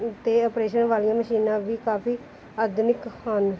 ਉੱਥੇ ਆਪਰੇਸ਼ਨ ਵਾਲੀਆਂ ਮਸ਼ੀਨਾਂ ਵੀ ਕਾਫੀ ਆਧੁਨਿਕ ਹਨ